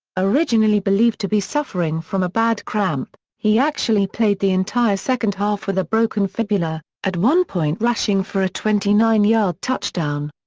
originally believed to be suffering from a bad cramp, he actually played the entire second half with a broken fibula, at one point rushing for a twenty nine yard touchdown.